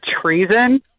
treason